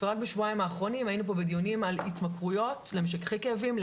ורק בשבועיים האחרונים היינו פה בדיונים על התמכרויות למשככי כאבים,